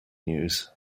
news